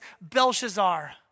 Belshazzar